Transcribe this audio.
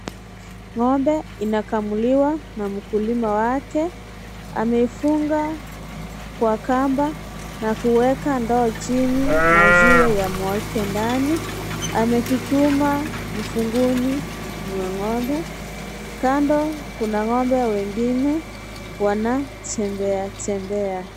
Ng'ombe inakamuliwa na mkulima wake, yamefungwa kwa kamba na kuweka ndoo chini maziwa yamwagika ndani. Amechuchuma mfungoni mwa ng'ombe, kando kuna ng'ombe wengine wanatembeatembea.